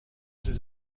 ces